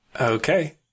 Okay